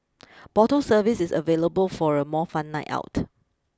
bottle service is available for a more fun night out